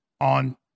on